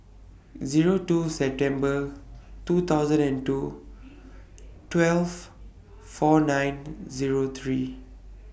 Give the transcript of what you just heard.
Zero two September two thousand and two twelve four nine Zero three